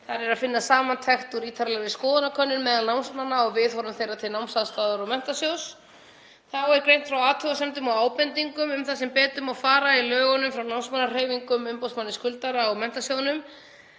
Þar er að finna samantekt úr ítarlegri skoðanakönnun meðal námsmanna á viðhorfum þeirra til námsaðstoðar og Menntasjóðs. Þá er greint frá athugasemdum og ábendingum um það sem betur má fara í lögunum frá námsmannahreyfingu, umboðsmanni skuldara og Menntasjóðnum